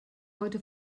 heute